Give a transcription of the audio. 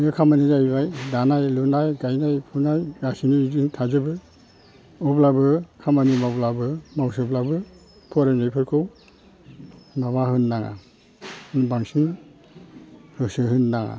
बे खामानिया जाहैबाय दानाय लुनाय गायनाय फुनाय गासैबो बिदिनो थाजोबो अब्लाबो खामानि मावब्लाबो हिनजावसाब्लाबो फारयनायफोरखौ माबा होनो नाङा बांसिन गोसो होनांगोन